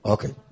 Okay